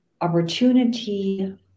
opportunity